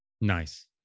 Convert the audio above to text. Nice